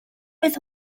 oedd